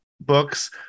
books